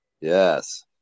Yes